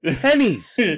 pennies